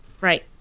Right